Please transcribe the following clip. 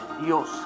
Dios